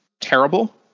Terrible